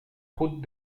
route